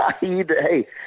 hey